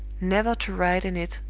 never to write in it,